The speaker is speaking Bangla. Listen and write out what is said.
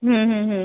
হুম হুম হুম